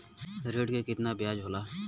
ऋण के कितना ब्याज होला?